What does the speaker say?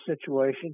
situation